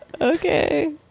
Okay